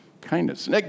Kindness